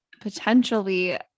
potentially